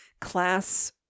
class